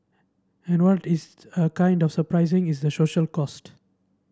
and what is a kind of surprising is the social cost